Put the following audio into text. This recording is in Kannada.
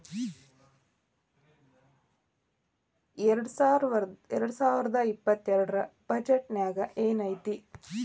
ಎರ್ಡ್ಸಾವರ್ದಾ ಇಪ್ಪತ್ತೆರ್ಡ್ ರ್ ಬಜೆಟ್ ನ್ಯಾಗ್ ಏನೈತಿ?